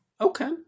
Okay